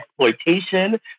exploitation